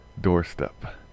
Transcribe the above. doorstep